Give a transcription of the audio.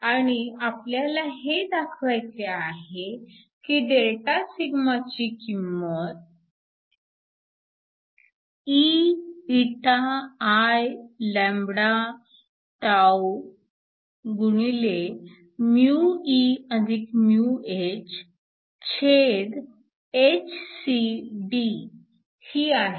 आणि आपल्याला हे दाखवायचे आहे की Δσ ची किंमत eηIλτehhcD ही आहे